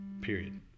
period